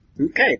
Okay